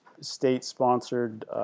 state-sponsored